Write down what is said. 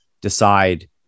decide